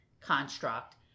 construct